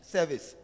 service